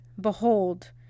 behold